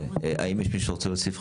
האם יש מישהו שרוצה להוסיף?